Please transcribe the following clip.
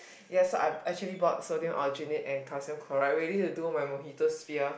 yes so I actually bought sodium alginate and calcium chloride ready to do my mojito sphere